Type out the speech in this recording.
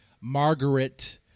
Margaret